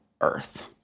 Earth